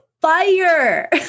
fire